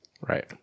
Right